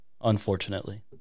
unfortunately